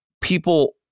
people